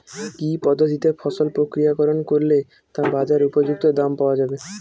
কি পদ্ধতিতে ফসল প্রক্রিয়াকরণ করলে তা বাজার উপযুক্ত দাম পাওয়া যাবে?